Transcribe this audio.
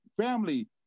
family